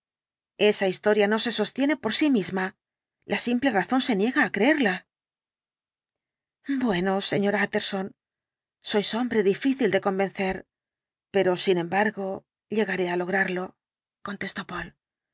esa historia no se sostiene por sí misma la simple razón se niega á creerla bueno sr tjtterson sois hombre difícil de convencer pero sin embargo llegaré á lograrlo contestó